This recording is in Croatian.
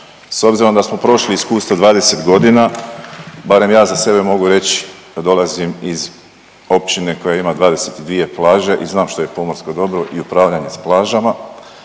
S obzirom da smo prošli iskustvo 20 godina, barem ja za sebe mogu reći da dolazim iz općine koja ima 22 plaže i znam što je pomorsko dobro i upravljanje s plažama,